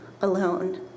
alone